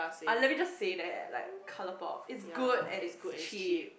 uh let me just say that like ColourPop it's good and it's cheap